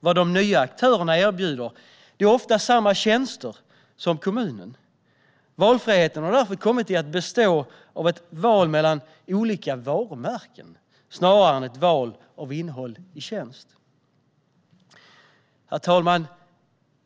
Vad de nya aktörerna erbjuder är ofta samma tjänster som kommunen. Valfriheten har därför kommit att bestå av ett val mellan olika varumärken snarare än av ett val av innehåll i tjänst. Herr talman!